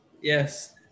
Yes